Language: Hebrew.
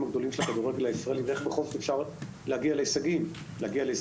הגדולים של הכדורגל הישראלי ואיך בכל זאת אפשר להגיע להישגים ב-2024.